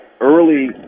early